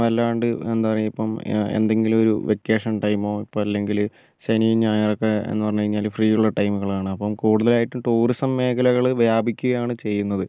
വല്ലാണ്ട് എന്താ പറയാ ഇപ്പം എന്തെങ്കിലും ഒരു വെക്കേഷൻ ടൈമോ ഇപ്പോൾ അല്ലെങ്കിൽ ശനി ഞായറൊക്കെ എന്നു പറഞ്ഞു കഴിഞ്ഞാൽ ഫ്രീ ഉള്ള ടൈമുകളാണ് അപ്പം കൂടുതലായിട്ടും ടൂറിസം മേഖലകൾ വ്യാപിക്കുകയാണ് ചെയ്യുന്നത്